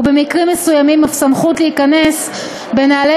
ובמקרים מסוימים אף סמכות להיכנס בנעלי